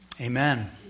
amen